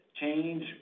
change